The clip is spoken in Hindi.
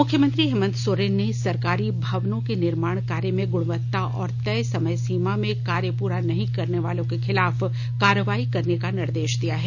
मुख्यमंत्री हेमन्त सोरेन ने सरकारी भवनों के निर्माण कार्य में गुणवत्ता और तय समय सीमा र्म कार्य पूरा नहीं करने वालों के खिलाफ कार्रवाई करने का निर्देश दिया है